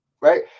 right